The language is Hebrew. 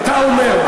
אתה אומר,